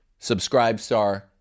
Subscribestar